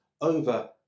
over